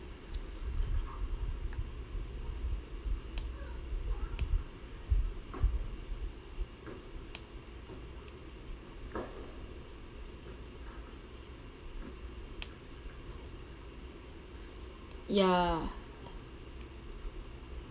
ya